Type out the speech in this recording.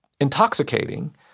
intoxicating